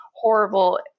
horrible